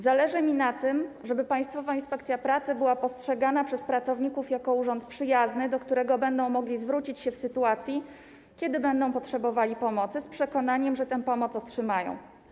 Zależy mi na tym, żeby Państwowa Inspekcja Pracy była postrzegana przez pracowników jako urząd przyjazny, do którego będą mogli zwrócić się w sytuacji, kiedy będą potrzebowali pomocy, z przekonaniem, że tę pomoc otrzymają.